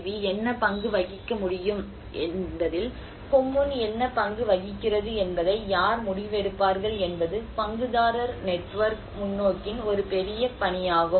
B என்ன பங்கு வகிக்க வேண்டும் என்பதில் கொம்முன் என்ன பங்கு வகிக்கிறது என்பதை யார் முடிவெடுப்பார்கள் என்பது பங்குதாரர் நெட்வொர்க் முன்னோக்கின் ஒரு பெரிய பணியாகும்